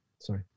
Sorry